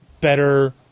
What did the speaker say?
better